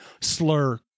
slur